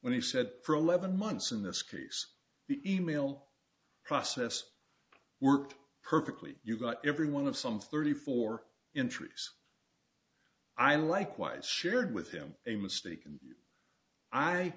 when he said for eleven months in this case the email process worked perfectly you got every one of some thirty four intrigues i likewise shared with him a mistake and i